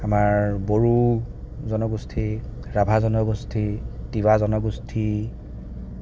আমাৰ বড়ো জনগোষ্ঠী ৰাভা জনগোষ্ঠী তিৱা জনগোষ্ঠী